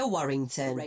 Warrington